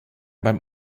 beim